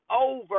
over